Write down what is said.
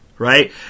Right